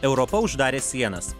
europa uždarė sienas